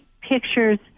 pictures